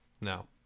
now